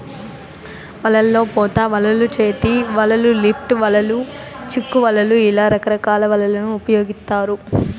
వలల్లో పోత వలలు, చేతి వలలు, లిఫ్ట్ వలలు, చిక్కు వలలు ఇలా రకరకాల వలలను ఉపయోగిత్తారు